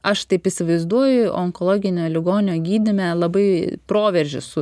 aš taip įsivaizduoju onkologinio ligonio gydyme labai proveržius